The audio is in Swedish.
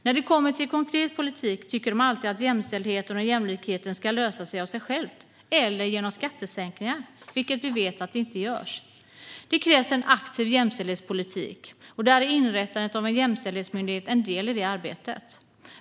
När det kommer till konkret politik tycker de alltid att jämställdheten och jämlikheten ska lösa sig av sig själva eller genom skattesänkningar, vilket vi vet att de inte gör. Det krävs en aktiv jämställdhetspolitik, och inrättandet av en jämställdhetsmyndighet är en del i detta arbete.